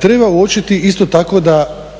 Treba uočiti isto tako da